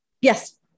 yes